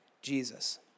Jesus